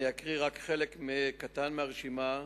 אני אקרא רק חלק קטן מהרשימה,